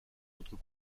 autres